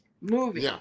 movie